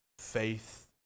Faith